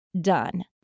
done